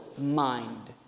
mind